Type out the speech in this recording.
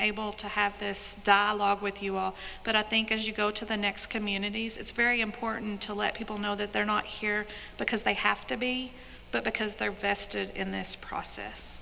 able to have this dialogue with you all but i think as you go to the next communities it's very important to let people know that they're not here because they have to be but because they are vested in this process